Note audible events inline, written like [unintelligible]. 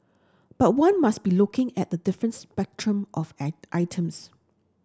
but one must be looking at a different spectrum of [unintelligible] items